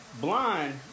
blind